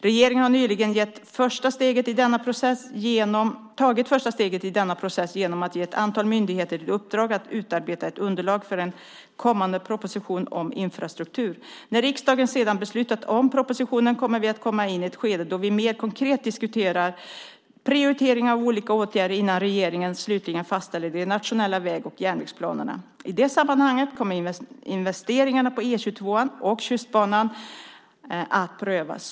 Regeringen har nyligen tagit första steget i denna process genom att ge ett antal myndigheter i uppdrag att utarbeta ett underlag för en kommande proposition om infrastruktur. När riksdagen sedan beslutat om propositionen kommer vi att komma in i ett skede då vi mer konkret diskuterar prioritering av olika åtgärder innan regeringen slutligen fastställer de nationella väg och järnvägsplanerna. I det sammanhanget kommer investeringarna på E 22:an och Tjustbanan att prövas.